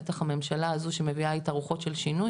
בטח הממשלה הזו שמביאה איתה רוחות של שינוי,